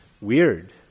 weird